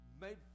made